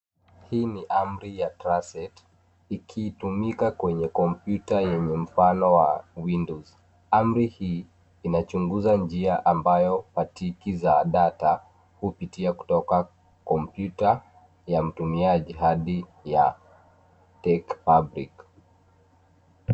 Hii ni amri ya traset ikitumika kwenye kompyuta yenye mfano wa windows . Amri hii inachunguza njia ambayo patiki za data hupitia kutoka kompyuta ya mtumiaji hadi ya